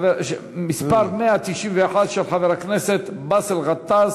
מס' 191, של חבר הכנסת באסל גטאס.